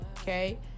Okay